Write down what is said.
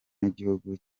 n’igihugu